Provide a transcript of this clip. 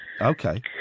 Okay